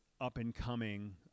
up-and-coming